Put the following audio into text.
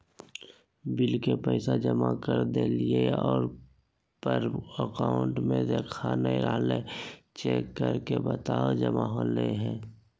Bill के पैसा जमा कर देलियाय है पर अकाउंट में देखा नय रहले है, चेक करके बताहो जमा होले है?